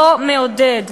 לא מעודד.